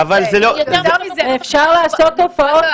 ואפשר לעשות הופעות